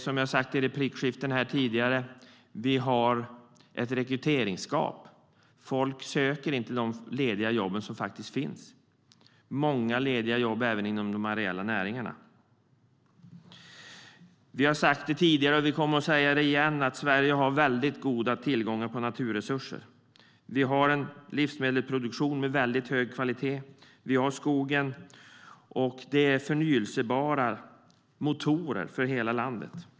Som jag sagt i replikskiftena har vi ett rekryteringsgap. Folk söker inte de lediga jobb som faktiskt finns. Det finns många lediga jobb även inom de areella näringarna. Vi har sagt det tidigare och kommer att säga det igen: Sverige har väldigt goda tillgångar när det gäller naturresurser. Vi har en livsmedelsproduktion med mycket hög kvalitet, och vi har skogen: Det är förnybara motorer för hela landet.